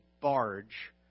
barge